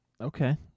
Okay